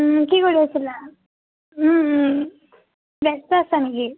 কি কৰি আছিলা ব্য়স্ত আছা নেকি